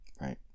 right